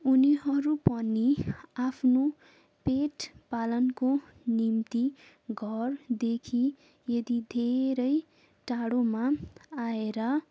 उनीहरू पनि आफ्नो पेट पालनको निम्ति घरदेखि यति धेरै टाडोमा आएर